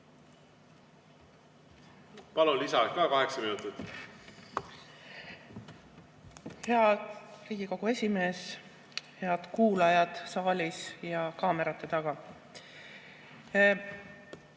Palun, lisaaeg ka, kaheksa minutit! Hea Riigikogu esimees! Head kuulajad saalis ja kaamerate taga!